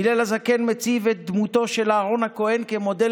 הלל הזקן מציב את דמותו של אהרן הכהן כמודל